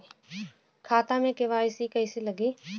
खाता में के.वाइ.सी कइसे लगी?